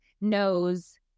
knows